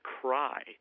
cry